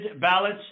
ballots